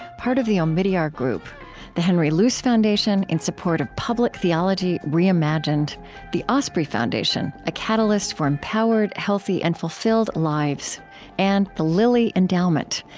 part of the omidyar group the henry luce foundation, in support of public theology reimagined the osprey foundation, a catalyst for empowered, healthy, and fulfilled lives and the lilly endowment,